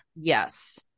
yes